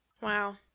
Wow